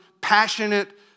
passionate